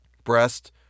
Breast